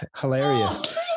hilarious